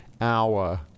hour